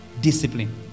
discipline